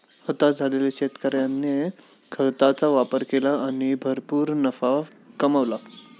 हताश झालेल्या शेतकऱ्याने खताचा वापर केला आणि भरपूर नफा कमावला